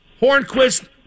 Hornquist